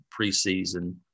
preseason